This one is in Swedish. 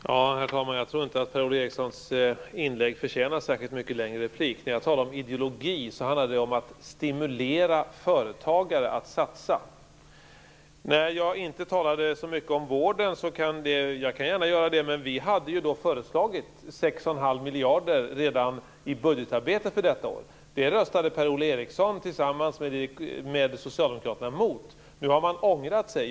Herr talman! Jag tror inte att Per-Ola Erikssons inlägg förtjänar någon längre replik. När jag talar om ideologi handlar det om att stimulera företagare att satsa. Jag talade inte så mycket om vården, men jag kan gärna göra det. Vi kristdemokrater hade föreslagit sex och en halv miljard redan i budgetarbetet för detta år, men det röstade Per-Ola Eriksson tillsammans med Socialdemokraterna emot. Nu har de ångrat sig.